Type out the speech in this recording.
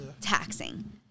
taxing